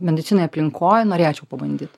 medicinėj aplinkoj norėčiau pabandyt